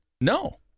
No